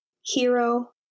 Hero